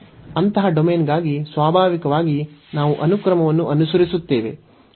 ಅಂತಹ ಡೊಮೇನ್ಗಾಗಿ ಸ್ವಾಭಾವಿಕವಾಗಿ ನಾವು ಅನುಕ್ರಮವನ್ನು ಅನುಸರಿಸುತ್ತೇವೆ